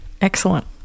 Excellent